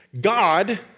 God